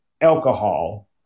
alcohol